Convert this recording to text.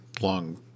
long